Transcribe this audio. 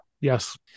yes